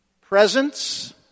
presence